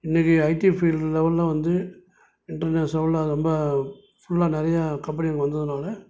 இன்றைக்கி IT field லெவலில் வந்து இன்டர்நேஷ்னல் லெவலில் ரொம்ப ஃபுல்லாக நிறையா கம்பெனி வந்ததுனால்